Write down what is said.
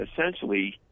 essentially